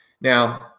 Now